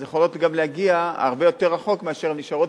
אז הן יכולות גם להגיע הרבה יותר רחוק מאשר אם הן נשארות